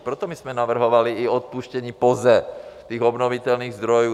Proto my jsme navrhovali i odpuštění POZE, těch obnovitelných zdrojů.